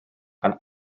gan